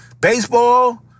baseball